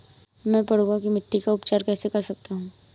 मैं पडुआ की मिट्टी का उपचार कैसे कर सकता हूँ?